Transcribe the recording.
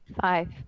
five